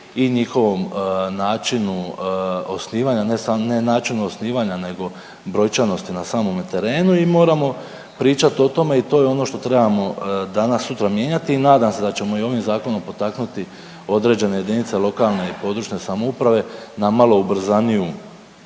i njihovom načinu osnivanja, ne samo, ne načinu osnivanja, nego brojčanosti na samom terenu i moramo pričati o tome i to je ono što trebamo danas-sutra mijenjati i nadam se da ćemo i ovim Zakonom potaknuti određene jedinice lokalne i područne samouprave na malo ubrzaniju